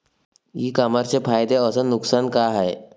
इ कामर्सचे फायदे अस नुकसान का हाये